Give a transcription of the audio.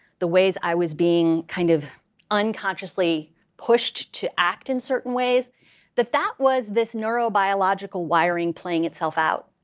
the ways i was being kind of unconsciously pushed to act in certain ways that that was this neurobiological wiring playing itself out.